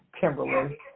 Kimberly